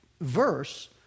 verse